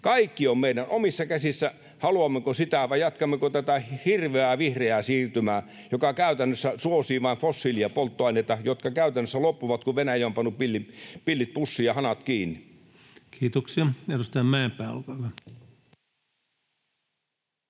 Kaikki on meidän omissa käsissämme. Haluammeko sitä, vai jatkammeko tätä hirveää vihreää siirtymää, joka käytännössä suosii vain fossiilisia polttoaineita, jotka käytännössä loppuvat, kun Venäjä on pannut pillit pussiin ja hanat kiinni? Kiitoksia. — Edustaja Mäenpää, olkaa hyvä.